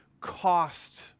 cost